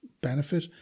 benefit